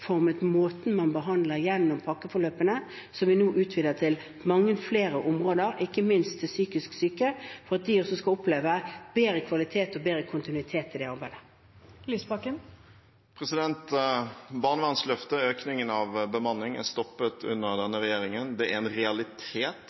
måten man behandler gjennom pakkeforløpene, som vi nå utvider til mange flere områder, ikke minst til psykisk syke, for at de også skal oppleve bedre kvalitet og bedre kontinuitet i det arbeidet. Barnevernsløftet, økningen av bemanning, er stoppet under denne regjeringen. Det er en realitet